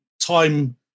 time